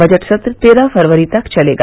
budget सत्र तेरह फरवरी तक चलेगा